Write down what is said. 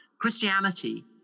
Christianity